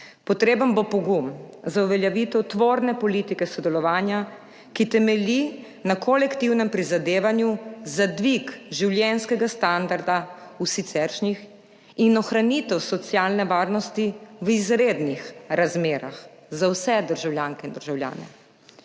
Potreben bo pogum za uveljavitev tvorne politike sodelovanja, ki temelji na kolektivnem prizadevanju za dvig življenjskega standarda v siceršnjih in ohranitev socialne varnosti v izrednih razmerah za vse državljanke in državljane.